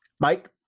Mike